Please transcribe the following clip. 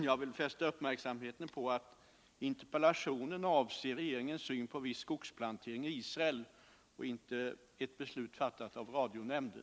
Jag vill fästa uppmärksamheten på att interpellationen avser regeringens syn på viss skogsplantering i Israel och inte ett beslut fattat av radionämnden.